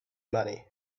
money